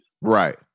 right